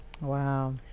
Wow